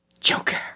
Joker